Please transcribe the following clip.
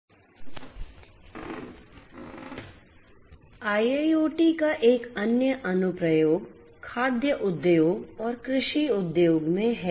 IIoT का एक अन्य अनुप्रयोग खाद्य उद्योग और कृषि उद्योग में है